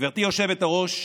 גברתי היושבת-ראש,